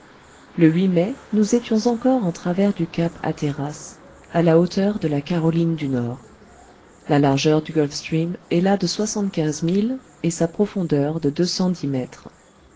le mai nous étions encore en travers du cap hatteras à la hauteur de la caroline du nord la largeur du gulf stream est là de soixante-quinze milles et sa profondeur de deux cent dix mètres